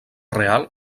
real